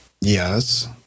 Yes